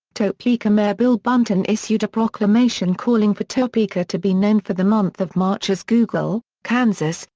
topeka mayor bill bunten issued a proclamation calling for topeka to be known for the month of march as google, kansas,